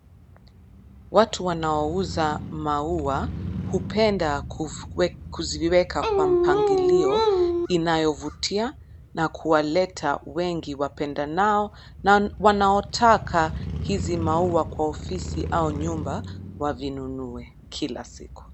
Watu wanaouza maua hupenda kuziweka kwa mpangilio inayovutia na kuwaleta wengi wapendanao na wanaotaka hizi maua kwa ofisi au nyumba wavinunue kila siku.